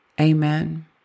Amen